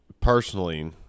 personally